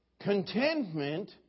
contentment